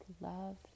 love